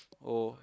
oh